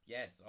Yes